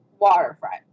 waterfront